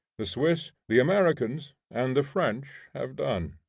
the swiss, the americans, and the french have done.